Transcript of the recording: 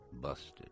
busted